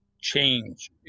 change